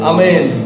Amen